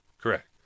Correct